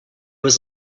was